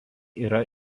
yra